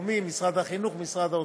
משרד החינוך ומשרד האוצר.